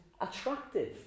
attractive